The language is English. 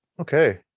Okay